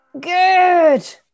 Good